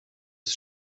ist